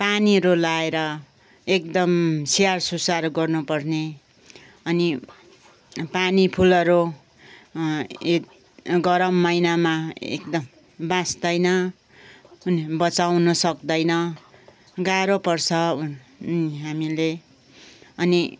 पानीहरू लाएर एकदम स्याहार सुसार गर्नु पर्ने अनि पानी फुलहरू गरम महिनामा एकदम बाँच्दैन बचाउन सक्दैन गाह्रो पर्छ हामीले अनि